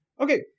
okay